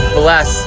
bless